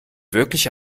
wirklich